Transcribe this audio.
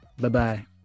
Bye-bye